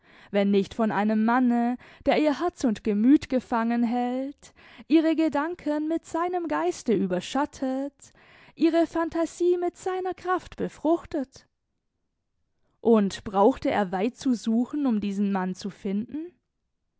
wenn nicht von einem manne der ihr herz und gemüt gefangen hält ihre gedanken mit seinem geiste überschattet ihre phantasie mit seiner kraft befruchtet und brauchte er weit zu suchen um diesen mann zu finden